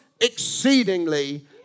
exceedingly